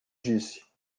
disse